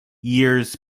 years